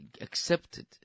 accepted